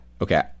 okay